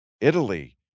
Italy